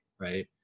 right